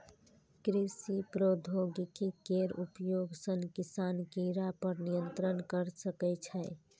कृषि प्रौद्योगिकी केर उपयोग सं किसान कीड़ा पर नियंत्रण कैर सकै छै